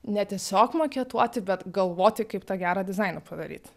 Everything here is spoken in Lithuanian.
ne tiesiog maketuoti bet galvoti kaip tą gerą dizainą padaryt